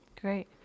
Great